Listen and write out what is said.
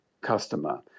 customer